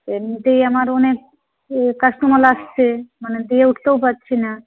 এমনিতেই আমার অনেক কাস্টোমার আসছে মানে দিয়ে উঠতেও পারছি না